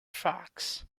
frocks